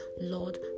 Lord